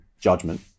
judgment